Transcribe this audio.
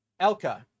Elka